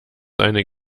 seine